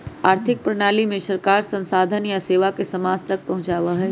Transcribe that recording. आर्थिक प्रणाली में सरकार संसाधन या सेवा के समाज तक पहुंचावा हई